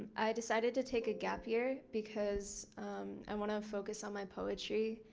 i decided to take a gap year because i want to focus on my poetry.